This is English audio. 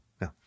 no